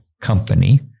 company